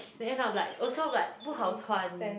then end up like also like 不好穿